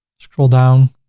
scroll down